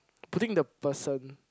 putting the person